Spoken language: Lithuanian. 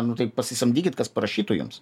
nu tai pasisamdykit kas prašytų jums